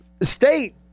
State